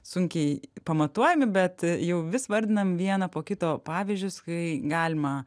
sunkiai pamatuojami bet jau vis vardinam vieną po kito pavyzdžius kai galima